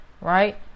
right